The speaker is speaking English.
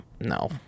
No